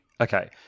okay